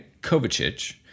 Kovacic